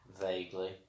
Vaguely